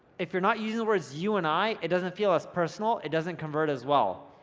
if you're not using the words you and i, it doesn't feel as personal it doesn't convert as well.